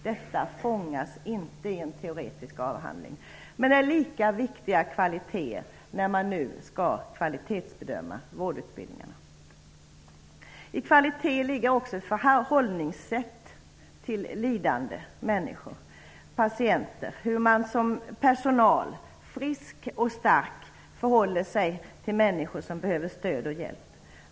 Detta fångas inte i en teoretisk avhandling men är lika viktiga kvaliteter, när man nu skall kvalitetsbedöma vårdutbildningarna. I kvalitet ligger också ett förhållningssätt till lidande människor, patienter. Det handlar om hur man som personal, frisk och stark, förhåller sig till människor som behöver stöd och hjälp.